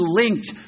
linked